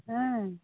ᱦᱮᱸ